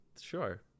Sure